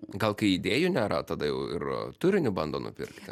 gal kai idėjų nėra tada jau ir turiniu bando nupirkti